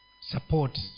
support